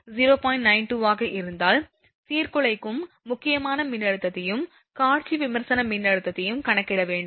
92 ஆக இருந்தால் சீர்குலைக்கும் முக்கியமான மின்னழுத்தத்தையும் காட்சி விமர்சன மின்னழுத்தத்தையும் கணக்கிட வேண்டும்